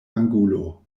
angulo